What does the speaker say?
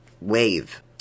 wave